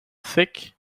thick